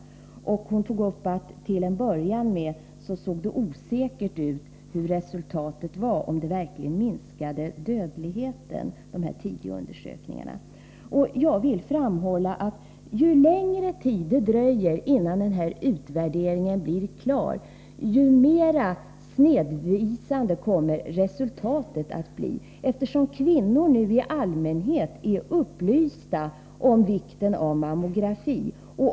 Hon sade att resultatet till att börja med såg osäkert ut, om de tidiga undersökningarna verkligen minskade dödligheten. Jag vill framhålla att ju längre tid det dröjer innan denna utvärdering blir klar, ju mera snedvisande kommer resultatet att bli, eftersom kvinnor nu i allmänhet är upplysta om vikten av mammografi.